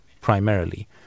primarily